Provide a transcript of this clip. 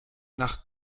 nach